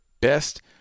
best